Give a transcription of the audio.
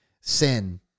sin